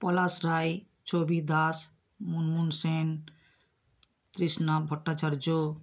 Palash Roy Chhabi Das Moonmoon Sen Trishna Bhattacharya